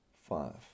five